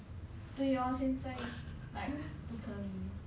对 lor 现在 like 不可能